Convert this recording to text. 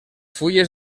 fulles